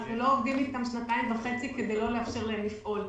אנחנו לא עובדים אתם שנתיים וחצי כדי לא לאפשר להם לפעול,